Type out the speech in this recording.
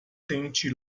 tente